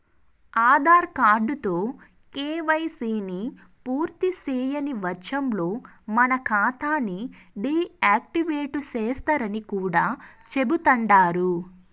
ఆదార్ కార్డుతో కేవైసీని పూర్తిసేయని వచ్చంలో మన కాతాని డీ యాక్టివేటు సేస్తరని కూడా చెబుతండారు